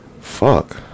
Fuck